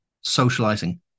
socializing